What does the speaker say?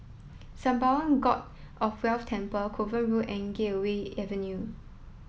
Sembawang God of Wealth Temple Kovan Road and Gateway Avenue